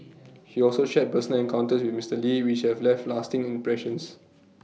he also shared personal encounters with Mister lee which have left lasting impressions